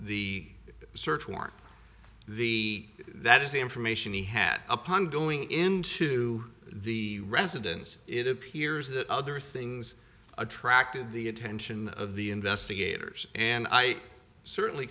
the search warrant the that is the information he had upon going into the residence it appears that other things attracted the attention of the investigators and i certainly